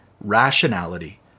rationality